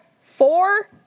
Four